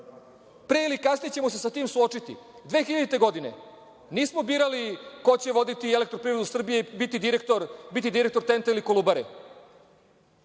Pre ili kasnije ćemo se sa tim suočiti. Godine 2000. nismo birali ko će voditi „Elektroprivredu Srbije“ i biti direktor TENT-a ili „Kolubare“.